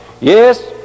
Yes